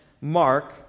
Mark